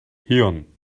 hirn